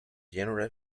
general